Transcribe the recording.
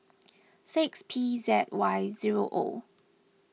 six P Z Y zero O